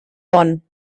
bonn